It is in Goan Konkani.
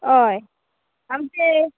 अय